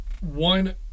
one